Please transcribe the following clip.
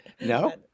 No